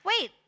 Wait